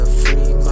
free